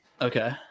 Okay